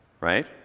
right